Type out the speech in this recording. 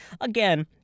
Again